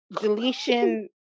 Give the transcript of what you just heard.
deletion